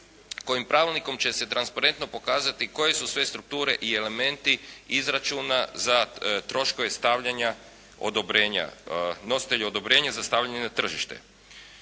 kojim pravilnikom će se transparentno pokazati koje su sve strukture i elementi izračuna za troškove stavljanja odobrenja, nositelja odobrenja za stavljanje na tržište.